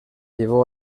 llevó